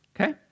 Okay